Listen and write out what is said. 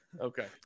Okay